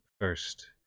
first